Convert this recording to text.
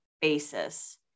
basis